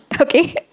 okay